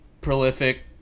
prolific